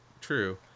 true